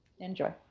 Enjoy